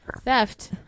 Theft